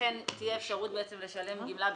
ולכן תהיה אפשרות לשלם גמלה בכסף.